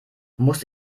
muss